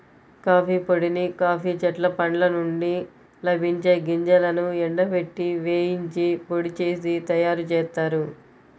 coffee పొడిని coffee చెట్ల పండ్ల నుండి లభించే గింజలను ఎండబెట్టి, వేయించి పొడి చేసి తయ్యారుజేత్తారు